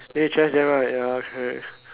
then you thrash Daryl ya correct